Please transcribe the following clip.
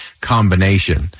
combination